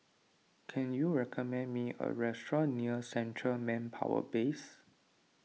can you recommend me a restaurant near Central Manpower Base